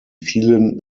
vielen